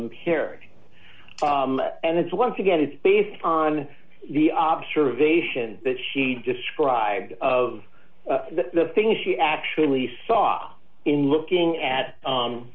impaired and it's once again it's based on the observation that she described of the things she actually saw in looking at